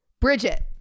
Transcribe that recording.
Bridget